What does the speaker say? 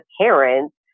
parents